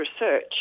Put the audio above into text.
research